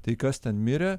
tai kas ten mirė